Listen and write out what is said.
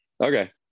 Okay